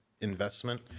investment